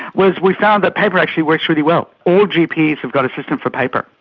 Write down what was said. whereas we found that paper actually works really well. all gps have got a system for paper,